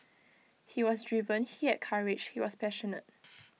he was driven he had courage he was passionate